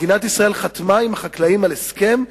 מדינת ישראל חתמה עם החקלאים על הסכם,